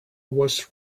was